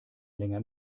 länger